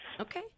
Okay